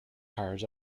cards